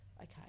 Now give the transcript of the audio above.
okay